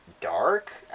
dark